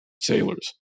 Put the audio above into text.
sailors